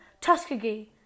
tuskegee